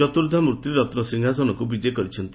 ଚତୁର୍ବ୍ଧା ମୂର୍ତି ରତୁ ସିଂହାସନକୁ ବିଜେ କରିଛନ୍ତି